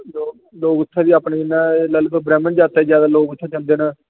लोक उत्थै बी अपनी जि'यां लाई लैओ तुस ब्राहम्ण जाति दे लोक ज्यादा उत्थै जंदे न